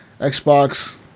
Xbox